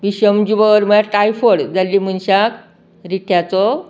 विशंमज्वर म्हळ्यार टायफोयड जाल्लें मनशाक रिठ्याचो